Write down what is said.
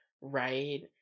right